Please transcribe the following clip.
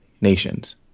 nations